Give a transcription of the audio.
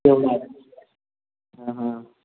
तेवढाच